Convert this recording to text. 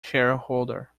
shareholder